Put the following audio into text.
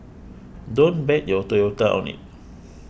don't bet your Toyota on it